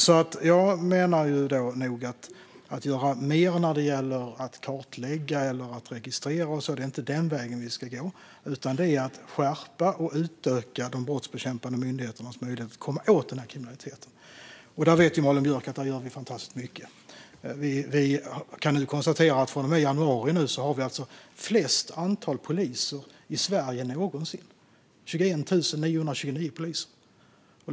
När det gäller att kartlägga, registrera och så anser jag nog inte att det är den vägen vi ska gå, utan vi ska skärpa och utöka de brottsbekämpande myndigheternas möjligheter att komma åt den här kriminaliteten. Där vet Malin Björk att vi gör fantastiskt mycket. Från januari finns störst antal poliser i Sverige någonsin. Det är 21 929 poliser.